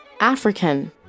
African